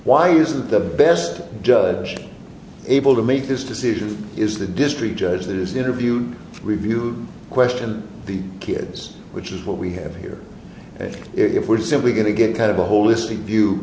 why isn't the best judge able to make this decision is the district judge that is the interview review question the kids which is what we have here and if we're simply going to get kind of a holistic